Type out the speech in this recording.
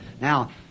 Now